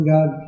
God